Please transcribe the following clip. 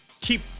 keep